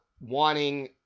wanting